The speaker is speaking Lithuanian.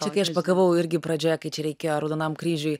čia kai aš pakavau irgi pradžioje kai čia reikėjo raudonam kryžiui